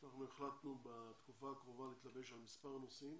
אנחנו החלטנו להתלבש בתקופה הקרובה על מספר נושאים